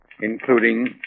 including